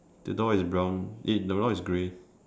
the door is brown eh the door is grey